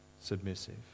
Submissive